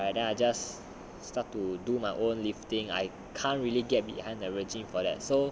and then I just start to do my own lifting I can't really get behind the regime for that so